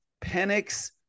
Penix